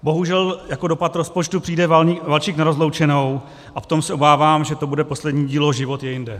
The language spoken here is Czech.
Bohužel jako dopad rozpočtu přijde Valčík na rozloučenou a potom se obávám, že to bude poslední dílo Život je jinde.